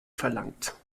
verlangt